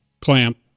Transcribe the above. clamp